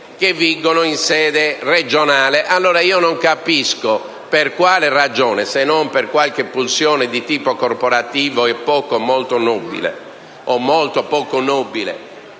che vigono in sede regionale. Allora non capisco per quale ragione, se non per qualche pulsione di tipo corporativo e molto poco nobile,